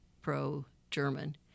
pro-German